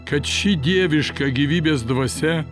kad ši dieviška gyvybės dvasia